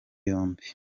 yombi